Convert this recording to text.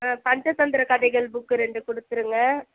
ஆ பஞ்சதந்திர கதைகள் புக்கு ரெண்டு கொடுத்துருங்க